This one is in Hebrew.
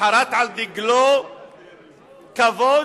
חרת על דגלו כבוד